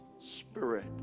Spirit